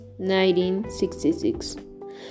1966